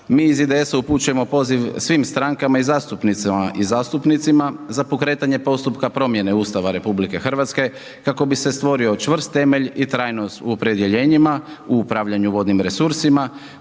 mi iz IDS-a upućujemo poziv svim strankama i zastupnicama i zastupnicima za pokretanje postupka promjene Ustava RH kako bi se stvorio čvrst temelj i trajnost u opredjeljenjima u upravljanju vodnim resursima